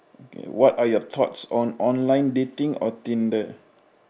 okay what are your thoughts on online dating or tinder